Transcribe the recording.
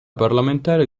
parlamentare